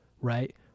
right